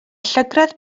llygredd